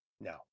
No